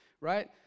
right